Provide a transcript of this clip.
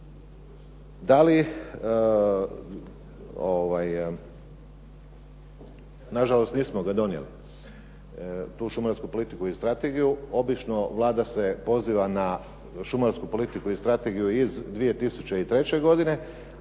Da li na žalost nismo ga donijeli. Tu šumarsku politiku i strategiju. Obično Vlada se poziva na šumarsku politiku i strategiju iz 2003. godine